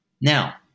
Now